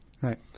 right